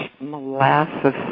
molasses